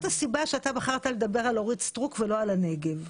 הסיבה אתה בחרת לדבר על אורית סטרוק ולא על הנגב.